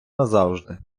назавжди